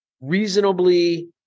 reasonably